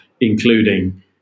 including